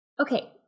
Okay